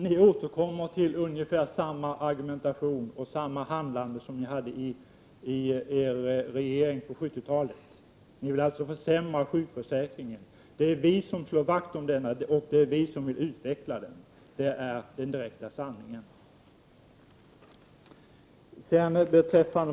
Ni återkommer med ungefär samma argumentation och samma handlande som det som förekom i er regering på 70-talet. Ni vill alltså försämra sjukförsäkringen. Det är vi som slår vakt om denna och det är vi som vill utveckla den. Detta är sanningen.